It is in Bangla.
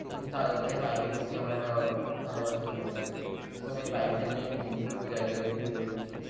তাই তাই বাইকের প্রতি আমার একটা ভালোবাসা জন্মে গেছে এবং এই বাইকটা নিয়ে আমি বিভিন্ন জায়গায় ঘুরে বেড়িয়েছি